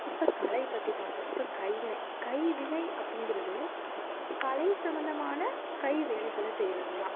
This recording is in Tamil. இப்போ கலை பற்றி பார்த்தோம் இப்போ கைவினை கைவினை அப்படிங்கிறது கலை சம்பந்தமான கை வேலைகளை செய்கிறது தான்